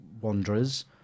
Wanderers